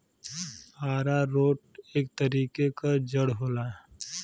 आरारोट एक तरीके क जड़ होला